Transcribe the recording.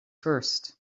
first